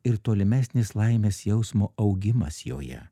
ir tolimesnis laimės jausmo augimas joje